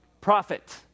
Profit